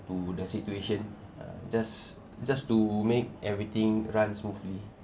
to the situation uh just just to make everything run smoothly